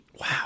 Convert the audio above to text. Wow